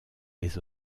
les